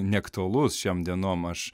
neaktualus šiom dienom aš